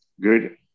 good